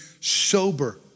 sober